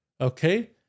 Okay